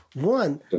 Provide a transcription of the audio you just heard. One